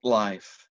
life